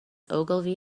ogilvy